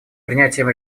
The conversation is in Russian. принятием